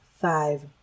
five